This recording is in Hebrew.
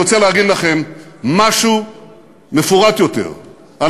אני רוצה להגיד לכם משהו מפורט יותר על